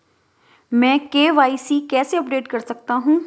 मैं के.वाई.सी कैसे अपडेट कर सकता हूं?